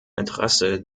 interesse